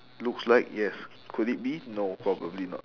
looks like yes could it be no probably not